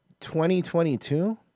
2022